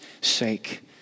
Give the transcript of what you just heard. sake